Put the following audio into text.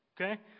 Okay